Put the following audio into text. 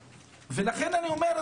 לכן אני אומר,